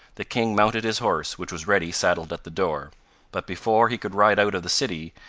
the king mounted his horse, which was ready saddled at the door but before he could ride out of the city,